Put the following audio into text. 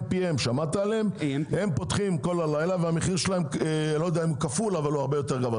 כמו למשל AM/PM שפותחים כל הלילה והמחיר שלהם הרבה יותר גבוה.